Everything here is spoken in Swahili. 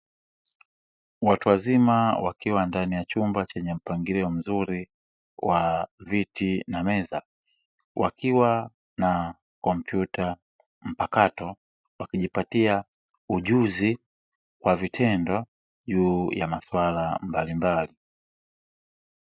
Watu wazima wakiwa ndani ya chumba chenye mpangilio mzuri wa viti na meza, wakiwa na kompyuta mpakato, wakijipatia ujuzi kwa vitendo juu ya maswala mbalimbali.